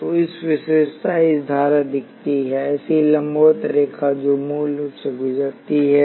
तो विशेषता इस तरह दिखती है ऐसी लंबवत रेखा जो मूल से गुजरती है